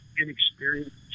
inexperienced